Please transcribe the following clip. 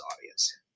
audience